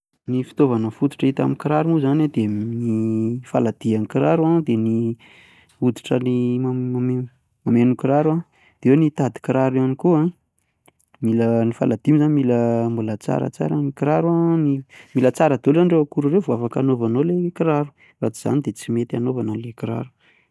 Ny fitaovana fototra hita eo amin'ny kiraro moa izany an dia ny faladian kiraro, ny hoditra mameno ny kiraro, dia eo ny tadikiraro izany koa an, mila ny faladia moa izany mila mbola tsaratsara, mila tsara daholo izany ireo akora ireo vao afaka hanaovanao ilay kiraro raha tsy izany dia tsy mety hanaovana ilay kiraro